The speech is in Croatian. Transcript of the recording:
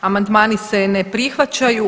Amandmani se ne prihvaćaju.